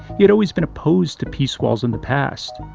he had always been opposed to peace walls in the past.